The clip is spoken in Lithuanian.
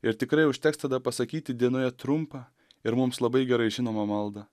ir tikrai užteks tada pasakyti dienoje trumpą ir mums labai gerai žinomą maldą